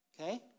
Okay